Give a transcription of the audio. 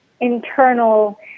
internal